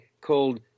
called